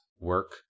work